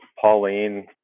Pauline